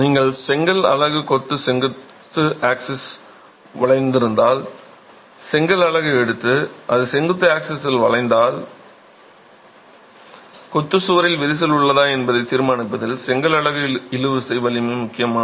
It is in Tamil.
நீங்கள் செங்கல் அலகு செங்குத்து ஆக்ஸிஸ் வளைந்திருந்தால் செங்கல் அலகு எடுத்து அது செங்குத்து ஆக்ஸிசில் வளைந்தால் கொத்து சுவரில் விரிசல் உள்ளதா என்பதை தீர்மானிப்பதில் செங்கல் அலகு இழுவிசை வலிமை முக்கியமானது